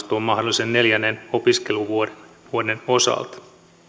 muassa tuon mahdollisen neljännen opiskeluvuoden osalta